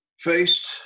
Faced